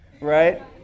right